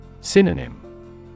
Synonym